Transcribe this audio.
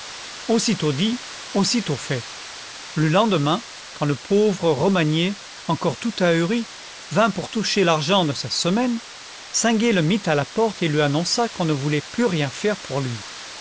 aussitôt dit aussitôt fait le lendemain quand le pauvre romagné encore tout ahuri vint pour toucher l'argent de sa semaine singuet le mit à la porte et lui annonça qu'on ne voulait plus rien faire pour lui